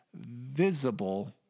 visible